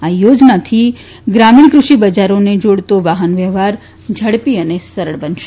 આ યોજનાથી ગ્રામીણ કૃષિ બજારોને જાડતો વાહનવ્યવહાર ઝડપી અને સરળ બનશે